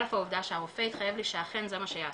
א', העובדה שהרופא התחייב לי שאכן זה מה שיעשו,